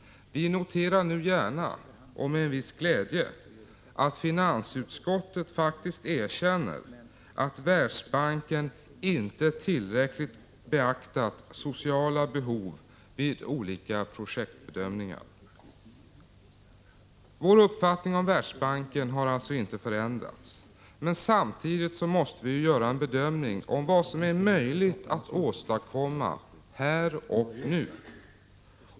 Vi noterar nu gärna — och med en viss glädje — att finansutskottet faktiskt erkänner att Världsbanken inte tillräckligt beaktat sociala behov vid olika projektbedömningar. Vår uppfattning om Världsbanken har alltså inte förändrats. Men samtidigt måste vi göra en bedömning av vad som är möjligt att åstadkomma här och nu.